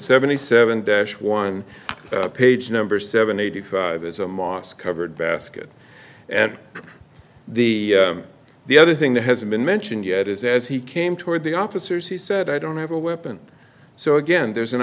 seventy seven dash one page number seven eighty five as a mosque covered basket and the the other thing that hasn't been mentioned yet is as he came toward the officers he said i don't have a weapon so again there's an